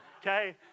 okay